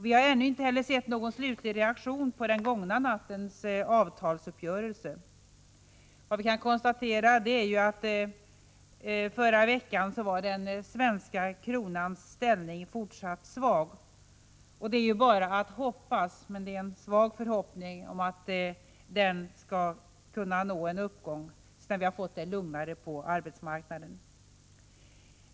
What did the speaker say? Vi har ännu inte sett någon slutlig reaktion på den gångna nattens avtalsuppgörelse. Vad vi kan konstatera är att förra veckan var svenska kronans ställning fortsatt svag. Det är bara att hoppas — det är en svag förhoppning — att den skall kunna gå upp igen när vi har fått det lugnare på arbetsmarknaden.